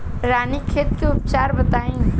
रानीखेत के उपचार बताई?